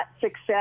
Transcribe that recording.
success